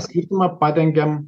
skirtumą padengiam